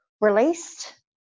released